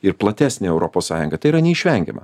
ir platesnę europos sąjungą tai yra neišvengiama